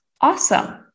awesome